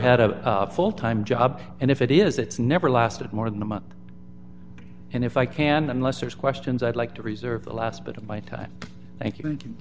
had a full time job and if it is it's never lasted more than a month and if i can unless there's questions i'd like to reserve the last bit of my time thank you